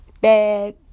bad